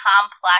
complex